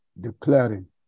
declaring